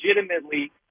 legitimately